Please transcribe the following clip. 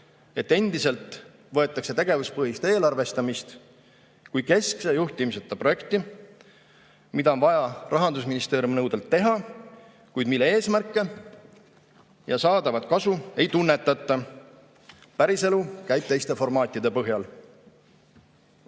et endiselt võetakse tegevuspõhist eelarvestamist kui keskse juhtimiseta projekti, mida on vaja Rahandusministeeriumi nõudel teha, kuid mille eesmärke ja saadavat kasu ei tunnetata – päriselu käib teiste formaatide põhjal.